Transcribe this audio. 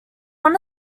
one